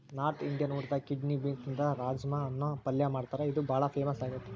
north Indian ಊಟದಾಗ kidney ಬೇನ್ಸ್ನಿಂದ ರಾಜ್ಮಾ ಅನ್ನೋ ಪಲ್ಯ ಮಾಡ್ತಾರ ಇದು ಬಾಳ ಫೇಮಸ್ ಆಗೇತಿ